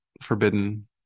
Forbidden